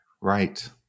Right